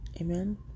Amen